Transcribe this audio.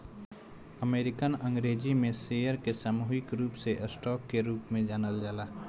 American अंग्रेजी में share के सामूहिक रूप से स्टॉक के रूप में जानल जाला